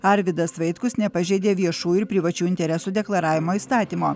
arvydas vaitkus nepažeidė viešųjų ir privačių interesų deklaravimo įstatymo